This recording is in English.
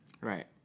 Right